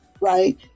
right